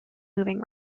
moving